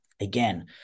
Again